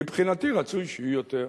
מבחינתי, רצוי שיהיו יותר.